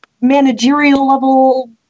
managerial-level